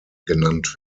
genannt